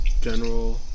general